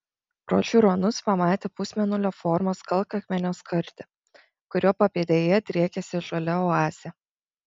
pro žiūronus pamatė pusmėnulio formos kalkakmenio skardį kurio papėdėje driekėsi žalia oazė